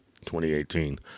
2018